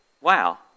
Wow